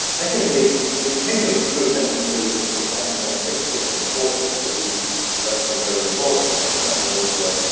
i think i mean pinker drew attention to, i think he had six different forces that he he reckon are very important and some of those were